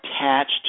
attached